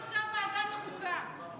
אני רוצה ועדת חוקה.